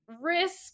risk